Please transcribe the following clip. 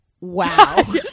wow